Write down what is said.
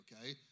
okay